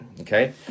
okay